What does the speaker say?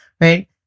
right